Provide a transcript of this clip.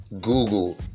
Google